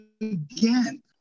again